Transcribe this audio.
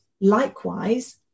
likewise